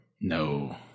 No